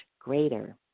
greater